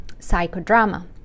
psychodrama